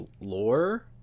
lore